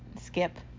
Skip